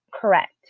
correct